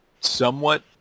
Somewhat